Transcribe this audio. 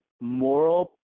moral